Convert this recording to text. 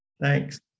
Thanks